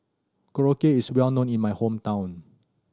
korokke is well known in my hometown